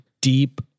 deep